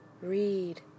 read